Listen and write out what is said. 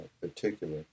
particular